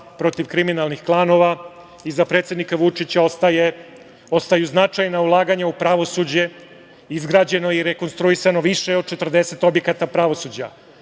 protiv kriminalnih klanova. Iza predsednika Vučića ostaju značajna ulaganja u pravosuđe, izgrađeno i rekonstruisano više od 40 objekata pravosuđa.